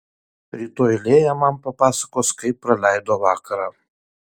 rytoj lėja man papasakos kaip praleido vakarą